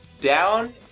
down